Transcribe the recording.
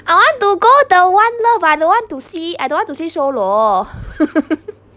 I want to go the one love but I don't want to see I don't want to see show lo